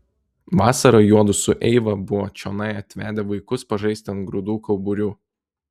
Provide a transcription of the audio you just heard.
vasarą juodu su eiva buvo čionai atvedę vaikus pažaisti ant grūdų kauburių